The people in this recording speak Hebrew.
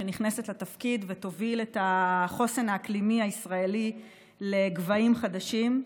שנכנסת לתפקיד ותוביל את החוסן האקלימי הישראלי לגבהים חדשים,